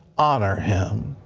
honor him.